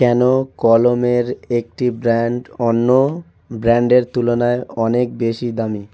কেন কলমের একটি ব্র্যান্ড অন্য ব্র্যান্ডের তুলনায় অনেক বেশি দামি